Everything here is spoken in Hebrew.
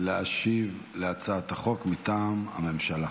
להשיב על הצעת החוק מטעם הממשלה.